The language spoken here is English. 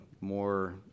more